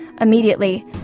Immediately